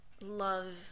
love